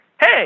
Hey